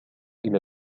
إلى